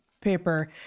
paper